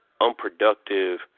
unproductive